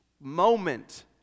moment